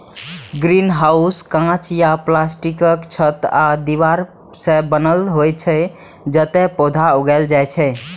greenhouse कांच या प्लास्टिकक छत आ दीवार सं बनल होइ छै, जतय पौधा उगायल जाइ छै